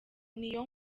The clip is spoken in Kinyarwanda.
n’iyo